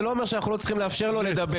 לא אומר שאנחנו לא צריכים לאפשר לו לדבר,